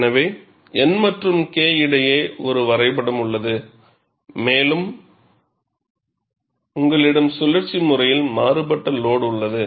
எனவே N மற்றும் K இடையே ஒரு வரைபடம் உள்ளது மேலும் உங்களிடம் சுழற்சி முறையில் மாறுபட்ட லோடு உள்ளது